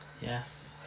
Yes